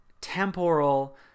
temporal